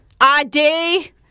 id